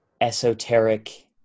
esoteric